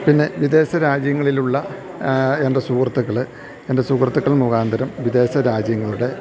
പിന്നെ വിദേശ രാജ്യങ്ങളിലുള്ള എൻ്റെ സുഹൃത്തുക്കള് എൻ്റെ സുഹൃത്തുക്കള് മുഖാന്തരം വിദേശ രാജ്യങ്ങളുടെ